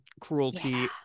cruelty